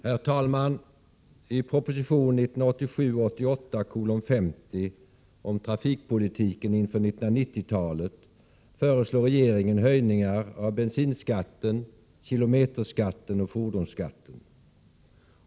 Herr talman! I proposition 1987/88:50 om trafikpolitiken inför 1990-talet föreslår regeringen höjningar av bensinskatten, kilometerskatten och fordonsskatten.